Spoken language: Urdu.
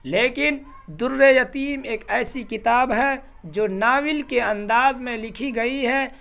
لیکن در یتیم ایک ایسی کتاب ہے جو ناول کے انداز میں لکھی گئی ہے